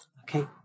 Okay